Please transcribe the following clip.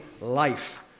life